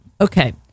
okay